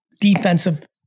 defensive